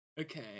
Okay